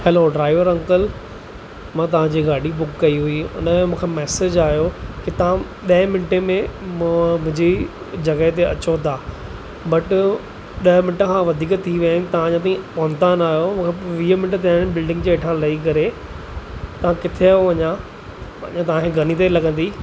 hello driver uncle मां तव्हांजी गाॾी बुक कई हुई उनमें मूंखे मैसेज आयो की तव्हां ॾह मिंटे में मूं मुंहिंजी जॻह ते अचो था बट ॾह मिंट खां वधीक थी विया आहिनि था अञा ताईं पहुंता ना आयो वीह मिंट थिया आहिनि बिल्डिंग जे हेठा लही करे तव्हां किथे आयो अञा अञा तव्हांखे घणी देरि लॻंदी